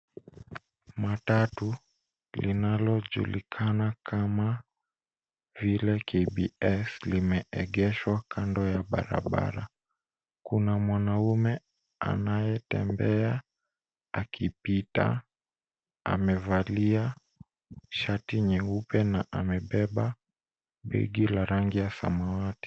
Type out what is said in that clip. Matatu linalojulikana kama vile KBS limeegeshwa kando ya barabara. Kuna mwanamume anayetembea akipita. Amevalia shati nyeupe na amebeba begi la rangi ya samawati.